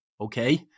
okay